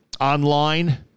online